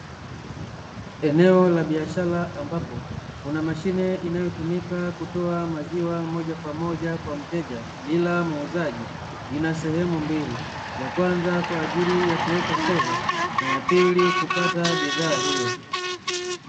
Eneo la biashara ambapo kuna mashine inayotumika kutoa maziwa moja kwa moja kwa mteja bila muuzaji, ina sehemu mbili, ya kwanza kwa ajili ya kuweka fedha na ya pili kupata bidhaa hiyo.